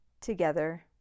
together